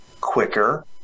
quicker